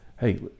hey